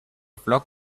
flock